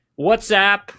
WhatsApp